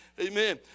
Amen